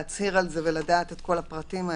להצהיר על זה ולדעת את כל הפרטים האלה.